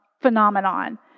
phenomenon